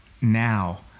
now